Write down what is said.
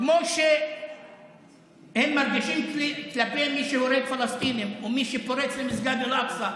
כמו שהם מרגישים כלפי מי שהורג פלסטינים או מי שפורץ למסגד אל-אקצא.